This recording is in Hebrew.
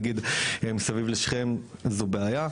נגיד מסביב לשכם זו בעיה,